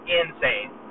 insane